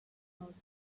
knows